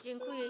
Dziękuję.